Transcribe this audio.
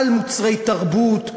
על מוצרי תרבות,